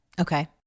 Okay